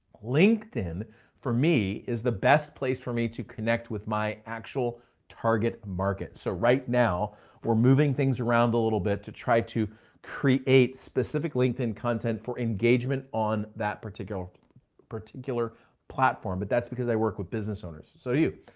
linkedin for me is the best place for me to connect with my actual target market. so right now we're moving things around a little bit to try to create specific linkedin content for engagement on that particular particular platform. but that's because i work with business owners. so you,